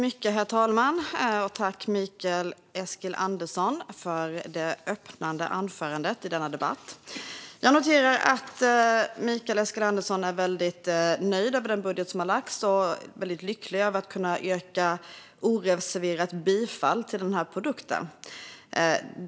Herr talman! Jag tackar Mikael Eskilandersson för hans öppningsanförande i denna debatt. Jag noterar att Mikael Eskilandersson inleder med att han är väldigt nöjd med den budget som har lagts fram och lycklig över att oreserverat kunna yrka bifall till denna produkt.